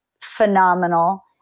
phenomenal